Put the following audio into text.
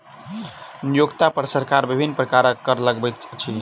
नियोक्ता पर सरकार विभिन्न प्रकारक कर लगबैत अछि